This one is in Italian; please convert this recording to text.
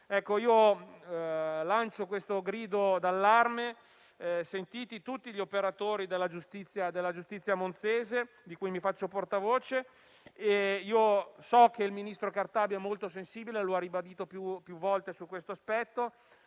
Lancio questo grido d'allarme sentiti tutti gli operatori della giustizia monzese di cui mi faccio portavoce. So che il ministro Cartabia è molto sensibile su questo aspetto,